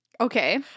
Okay